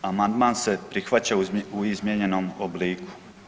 Amandman se prihvaća u izmijenjenom obliku.